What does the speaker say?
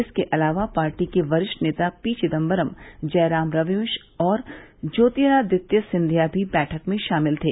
इसके अलावा पार्टी के वरिष्ठ नेता पी चिदम्बरम जयराम रमेश और ज्योतिरादित्य सिंधिया भी बैठक में शामिल थे